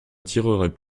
tireraient